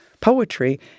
Poetry